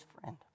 friend